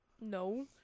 No